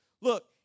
Look